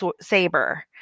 saber